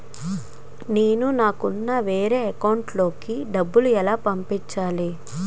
నేను నాకు ఉన్న వేరే అకౌంట్ లో కి డబ్బులు ఎలా పంపించాలి?